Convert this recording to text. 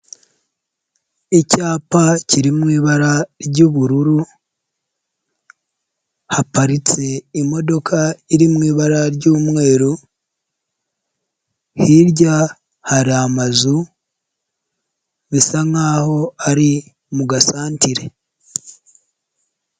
Icyapa kiri mu ibara ry'ubururu, haparitse imodoka iri mu ibara ry'umweru, hirya hari amazu bisa nkaho ari mu gasantere.